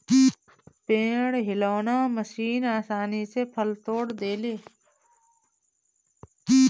पेड़ हिलौना मशीन आसानी से फल तोड़ देले